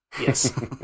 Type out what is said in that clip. Yes